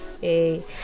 Hey